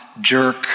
jerk